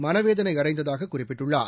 மன வேதனை அடை நட்ததாக குறிப்பிட்டுள்ளார்